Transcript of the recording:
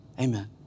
Amen